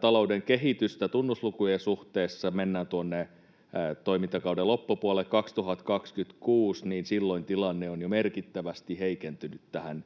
talouden kehitystä tunnuslukujen suhteessa ja mennään tuonne toimintakauden loppupuolelle 2026, silloin tilanne on jo merkittävästi heikentynyt tähän